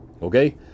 Okay